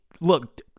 look